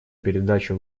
передачу